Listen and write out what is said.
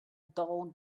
dull